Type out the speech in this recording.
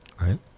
right